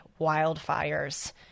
wildfires